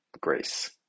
grace